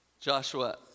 Joshua